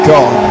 God